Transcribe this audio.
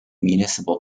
municipal